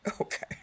Okay